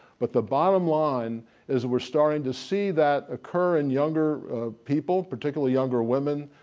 but the bottom line is, we're starting to see that occur in younger people, particularly younger women,